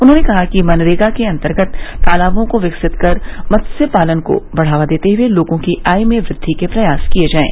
उन्होंने कहा कि मनरेगा के अन्तर्गत तालाबों को विकसित कर मत्य पालन को बढ़ावा देते हए लोगों की आय में वृद्धि के प्रयास किये जाये